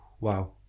Wow